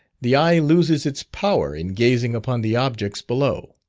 the eye loses its power in gazing upon the objects below.